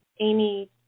Amy